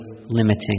limiting